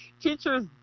Teachers